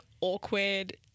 awkward